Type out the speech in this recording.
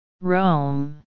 Rome